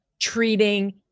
treating